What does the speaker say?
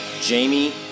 Jamie